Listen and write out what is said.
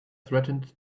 threatened